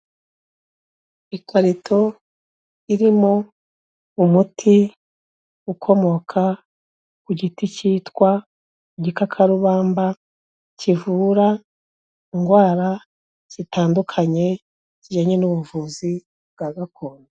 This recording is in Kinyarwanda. Ikarito irimo umuti ukomoka ku giti cyitwa igikakarubamba, kivura indwara zitandukanye zijyanye n'ubuvuzi bwa gakondo.